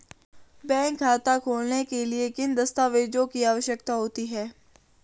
Bank खाता खोलने के लिए किन दस्तावेज़ों की आवश्यकता होती है?